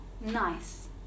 nice